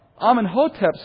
Amenhotep's